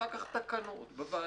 ואחר כך תקנות בוועדה,